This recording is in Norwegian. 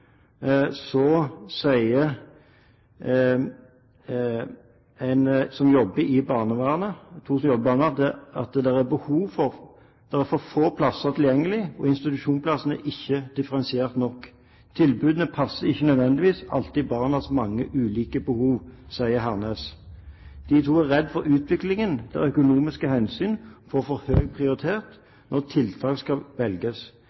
to som jobber i barnevernet: «Det er for få plasser tilgjengelig og institusjonsplassene er ikke differensiert nok. Tilbudene passer ikke nødvendigvis alltid barnas mange ulike behov, sier Hernes. De to er redd for en utvikling der økonomiske hensyn får for høy prioritet når tiltak skal velges.